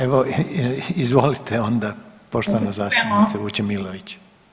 Evo izvolite onda poštovana zastupnice Vučemilović.